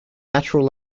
natural